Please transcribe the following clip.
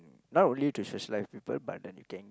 not only to socialise with people but then you can